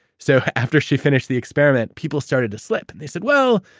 so after she finished the experiment, people started to slip. and they said, well,